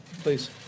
Please